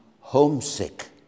homesick